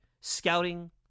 scouting